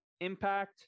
impact